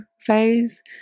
phase